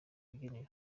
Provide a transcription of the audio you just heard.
rubyiniro